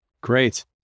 Great